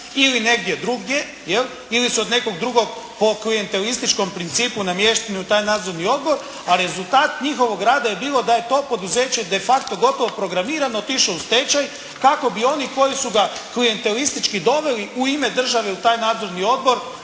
ili negdje drugdje jel', ili se od nekog drugog po klijentalističkom principu namješta u taj nadzorni odbor a rezultat njihovog rada je bilo da je to poduzeće de facto gotovo programirano otišlo u stečaj kako bi oni koji su ga klijentelistički doveo u ime države u taj nadzorni odbor,